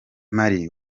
mar